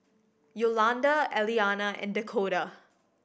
Yolanda Eliana and Dakoda